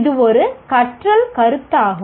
இது ஒரு கற்றல் கருத்தாகும்